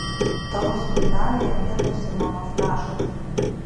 tavo spintelėje mėtosi mano flešas